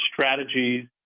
strategies